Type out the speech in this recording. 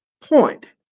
point